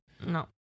No